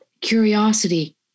curiosity